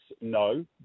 no